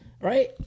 right